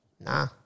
Nah